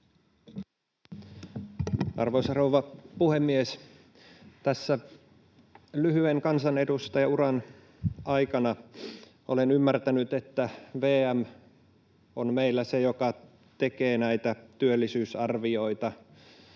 Arvoisa rouva puhemies! Tässä lyhyen kansanedustajauran aikana olen ymmärtänyt, että VM on meillä se, joka tekee näitä työllisyysarvioita,